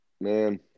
Man